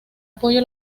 apoyo